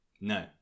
No